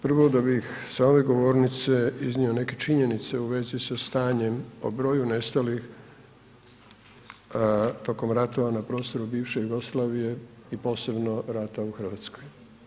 Prvo da bih sa ove govornice iznio neke činjenice u vezi sa stanjem o broju nestalih tokom ratova na prostoru bivše Jugoslavije i posebno rata u Hrvatskoj.